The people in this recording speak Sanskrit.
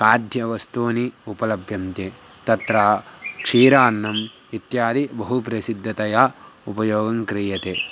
खाद्यवस्तूनि उपलभ्यन्ते तत्र क्षीरान्नम् इत्यादि बहु प्रसिद्धतया उपयोगः क्रियते